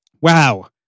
Wow